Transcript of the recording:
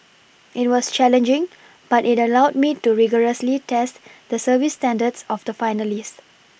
it was challenging but it allowed me to rigorously test the service standards of the finalist